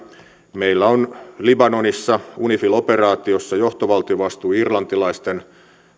meillä on libanonissa unifil operaatiossa johtovaltiovastuu irlantilaisten